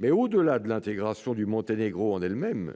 Cela dit, au-delà de l'intégration du Monténégro en elle-même,